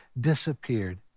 disappeared